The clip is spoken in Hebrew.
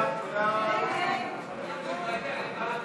הצעת סיעת מרצ להביע